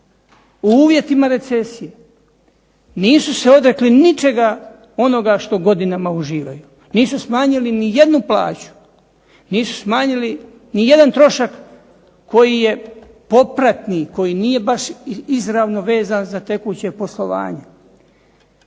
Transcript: u uvjetima recesije. Nisu se odrekli ničega onoga što godinama uživaju. Nisu smanjili nijednu plaću, nisu smanjili nijedan trošak koji je popratni koji nije baš izravno vezan za tekuće poslovale.